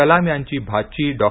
कलाम यांची भाची डॉ